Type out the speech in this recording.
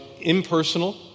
impersonal